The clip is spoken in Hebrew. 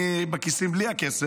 אני עם הכיסים בלי הכסף.